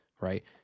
right